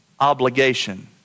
obligation